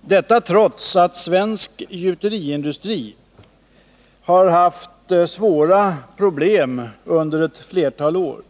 Detta har skett trots att svensk gjuteriindustri har haft svåra problem under ett flertal år.